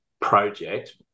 project